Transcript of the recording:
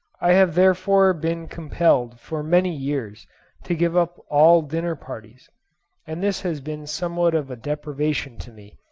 i have therefore been compelled for many years to give up all dinner-parties and this has been somewhat of a deprivation to me,